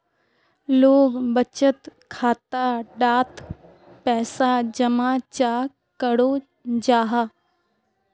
लोग बचत खाता डात पैसा जमा चाँ करो जाहा?